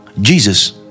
Jesus